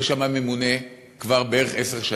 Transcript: יש שם ממונה כבר בערך עשר שנים.